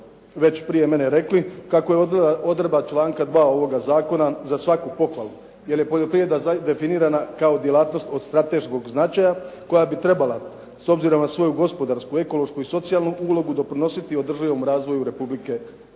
već prije mene rekli, kako je odredba članka 2. ovog zakona za svaku pohvalu jer je poljoprivreda definirana kao djelatnost od strateškog značaja koja bi trebala s obzirom na svoju gospodarsku, ekološku i socijalnu ulogu doprinositi održivom razvoju Republike Hrvatske.